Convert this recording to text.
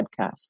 podcast